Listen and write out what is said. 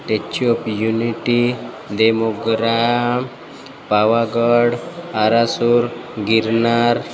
ટેચ્યૂ of unity ડેમોગ્રામ પાવાગઢ આરાસુર ગિરનાર